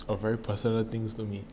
a very personal things to me